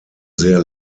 sehr